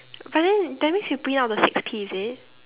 but then that means you print out the six P is it